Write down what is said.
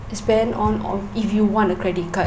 spend on or if you want a credit card